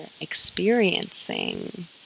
experiencing